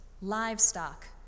livestock